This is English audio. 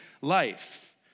life